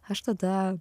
aš tada